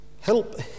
help